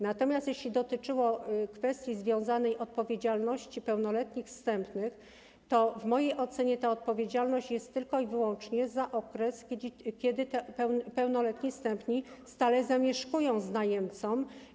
Natomiast jeśli dotyczyło kwestii związanej z odpowiedzialnością pełnoletnich zstępnych, to w mojej ocenie ta odpowiedzialność jest tylko i wyłącznie za okres, kiedy pełnoletni zstępni stale zamieszkują z najemcą.